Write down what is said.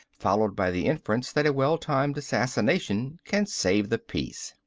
followed by the inference that a well-timed assassination can save the peace.